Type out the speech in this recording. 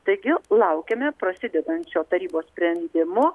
taigi laukiame prasidedančio tarybos sprendimo